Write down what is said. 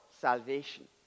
salvation